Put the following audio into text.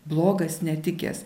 blogas netikęs